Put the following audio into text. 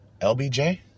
LBJ